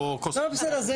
טוב, בסדר.